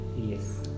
Yes